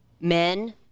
men